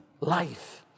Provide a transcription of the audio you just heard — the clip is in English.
life